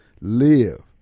live